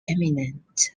eminent